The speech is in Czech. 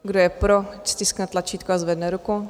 Kdo je pro, stiskne tlačítko a zvedne ruku.